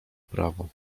prawo